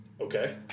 Okay